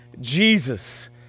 Jesus